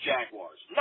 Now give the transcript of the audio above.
Jaguars